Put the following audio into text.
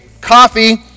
coffee